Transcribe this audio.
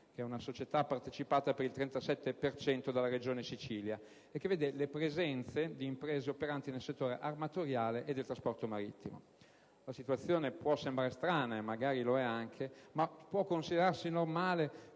Spa, società partecipata per il 37 per cento dalla Regione Sicilia, e che vede la presenza di imprese operanti nel settore armatoriale e del trasporto marittimo. La situazione può apparire strana e magari lo è, ma può considerarsi normale